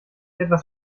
etwas